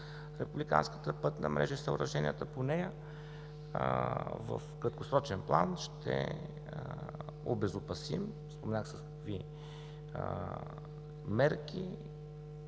Републиканската пътна мрежа и съоръженията по нея, в краткосрочен план ще обезопасим – споменах с какви мерки,